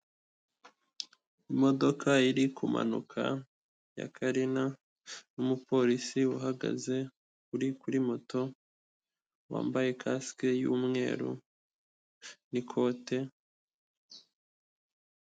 Imodoka iri kumanuka ya Karina n'umupolisi uhagaze uri kuri kuri moto wambaye kasike y'umweru n'ikote.